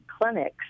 clinics